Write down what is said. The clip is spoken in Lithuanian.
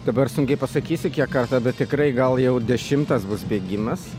dabar sunkiai pasakysiu kiek kartų bet tikrai gal jau dešimtas bus bėgimas